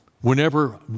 whenever